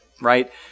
right